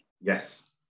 Yes